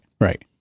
Right